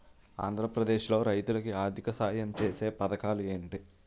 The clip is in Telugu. ఆంధ్రప్రదేశ్ లో రైతులు కి ఆర్థిక సాయం ఛేసే పథకాలు ఏంటి?